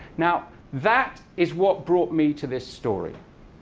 now that is what brought me to this story.